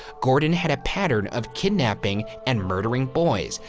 gordon had a pattern of kidnapping and murdering boys.